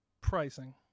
pricing